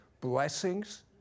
blessings